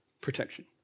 protection